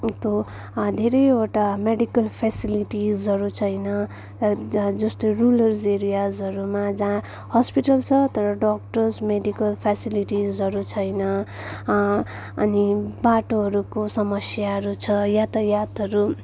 ऊ त्यो धेरैवटा मेडिकल फेसिलिटिजहरू छैन ज जस्तो रुरल्स एरियाजहरूमा जहाँ हस्पिटल्स छ तर डक्टर्स मेडिकल फेसिलिटिसहरू छैन अनि बाटोहरूको समस्याहरू छ यातायातहरू